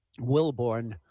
Wilborn